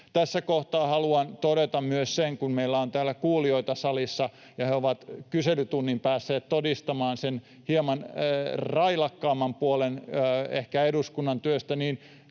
Tässä kohtaa haluan todeta myös sen, kun meillä on täällä kuulijoita salissa ja he ovat kyselytunnin päässeet todistamaan, ehkä sen hieman railakkaamman puolen eduskunnan työstä, niin